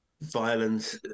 violence